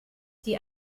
die